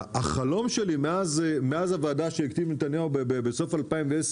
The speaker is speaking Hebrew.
החלום שלי מאז הוועדה שהקים נתניהו בסוף 2010,